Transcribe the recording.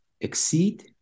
exceed